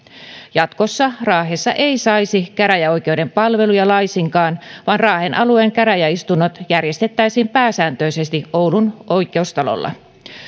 jatkossa raahessa ei saisi käräjäoikeuden palveluja laisinkaan vaan raahen alueen käräjäistunnot järjestettäisiin pääsääntöisesti oulun oikeustalolla